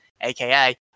AKA